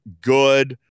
good